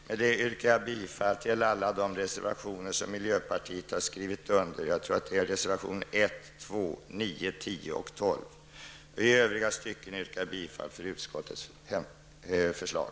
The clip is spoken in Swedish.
Med detta yrkar jag bifall till alla de reservationer som miljöpartiet har skrivit under, och i övriga stycken yrkar jag bifall till utskottets förslag.